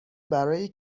برای